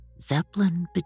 Zeppelin